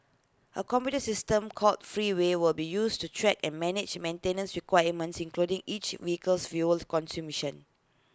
A computer system called Freeway will be used to track and manage maintenance requirements including each vehicle's fuel